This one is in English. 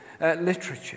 literature